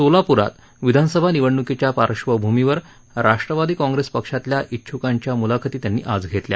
सोलाप्रात विधानसभा निवडणुकीच्या पार्श्वभूमीवर राष्ट्रवादी काँग्रेस पक्षातल्या इच्छ्कांच्या म्लाखती त्यांनी आज घेतल्या